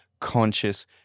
conscious